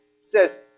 says